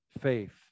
faith